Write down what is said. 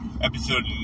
episode